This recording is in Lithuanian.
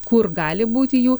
kur gali būti jų